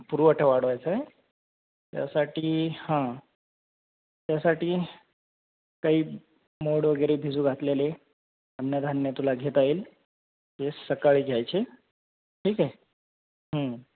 पुरवठा वाढवायचंय त्यासाठी हां त्यासाठी काई मोड वगैरे भिजू घातलेले अन्नधान्य तुला घेता येईल ते सकाळी घ्यायचे ठीक आहे